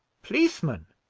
policemen!